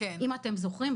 אם אתם זוכרים,